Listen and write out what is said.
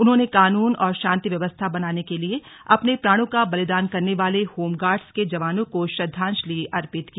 उन्होंने कानून और शांति व्यवस्था बनाने के लिए अपने प्राणों का बलिदान करने वाले होमगार्ड्स के जवानों को श्रद्धांजलि अर्पित की